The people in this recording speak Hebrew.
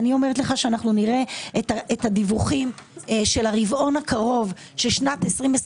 אנחנו נראה את הדיווחים של הרבעון הקרוב של שנת 2023,